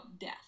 death